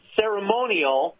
ceremonial